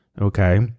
okay